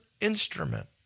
instrument